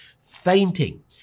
fainting